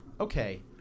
okay